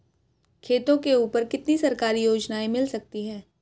खेतों के ऊपर कितनी सरकारी योजनाएं मिल सकती हैं?